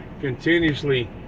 continuously